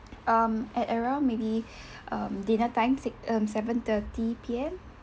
um at around maybe um dinner time six um seven thirty P_M